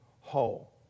whole